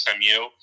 SMU